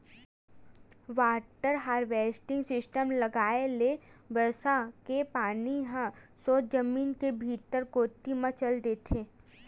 water harvesting system लगाए ले बरसा के पानी ह सोझ जमीन के भीतरी कोती म चल देथे